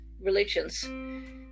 religions